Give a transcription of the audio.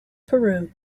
peru